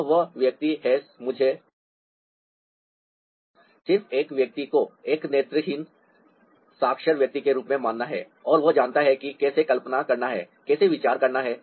तो वह एक व्यक्ति है मुझे सिर्फ इस व्यक्ति को एक नेत्रहीन साक्षर व्यक्ति के रूप में मानना है और वह जानता है कि कैसे कल्पना करना है कैसे विचार करना है